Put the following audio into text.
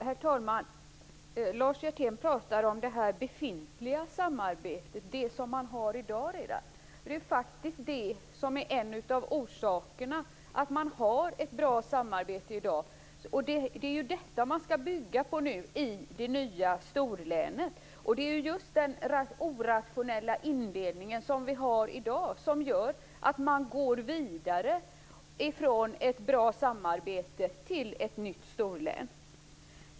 Herr talman! Lars Hjertén pratar om det befintliga samarbetet - det som man redan har i dag. Det är faktiskt just det som är en av orsakerna till att man har ett bra samarbete i dag, och det är detta som man skall bygga på i det nya storlänet. Den orationella indelningen vi har i dag är det som gör att vi går vidare ifrån ett bra samarbete till ett nytt storlän.